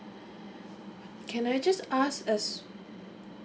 can I just ask as